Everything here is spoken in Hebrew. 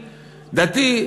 דתי,